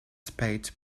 spade